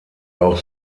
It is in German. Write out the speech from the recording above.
auch